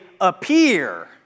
appear